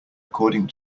according